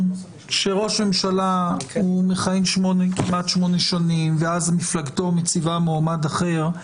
כשראש ממשלה מכהן כמעט שמונה שנים ואז מפלגתו מציבה מועמד אחר.